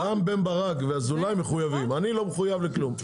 רם בן ברק ואזולאי מחויבים, אני לא מחויב לכלום.